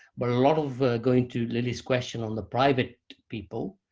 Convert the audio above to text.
but and sort of going to lily's question on the private people,